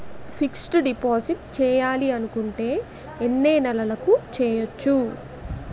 Fixed deposit చేయాలి అనుకుంటే ఎన్నే నెలలకు చేయొచ్చు?